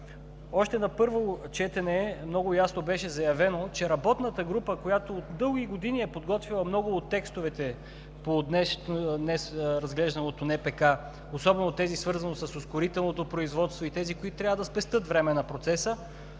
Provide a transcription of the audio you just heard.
още на първо четене много ясно беше заявено, че работната група, която дълги години е подготвяла много от текстовете по днес разглежданото НПК, особено тези, свързани с ускорителното производство и тези, които трябва да спестят време на процеса,